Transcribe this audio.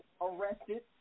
arrested